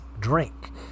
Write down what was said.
drink